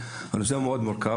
כאמור, הנושא הוא מאוד מורכב.